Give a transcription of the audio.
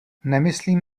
nemyslím